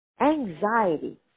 Anxiety